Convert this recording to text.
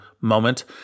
moment